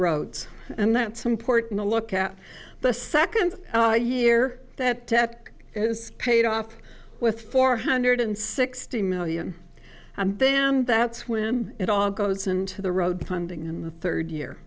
roads and that some important a look at the second year that debt is paid off with four hundred sixty million and then that's when it all goes into the road funding in the third year